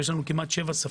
יש לנו כמעט 7 שפות.